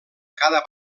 cada